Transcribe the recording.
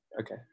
Okay